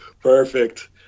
Perfect